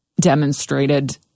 demonstrated